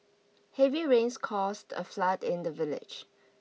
heavy rains caused a flood in the village